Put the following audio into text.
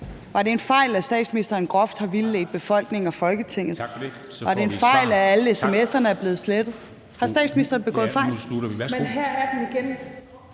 Var det en fejl, at statsministeren groft har vildledt befolkningen og Folketinget? Var det en fejl, at alle sms'erne er blevet slettet? Har statsministeren begået fejl?